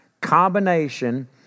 combination